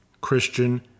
Christian